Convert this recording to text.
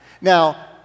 Now